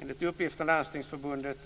Enligt uppgift från Landstingsförbundet